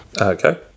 Okay